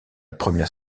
première